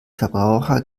verbraucher